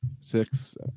six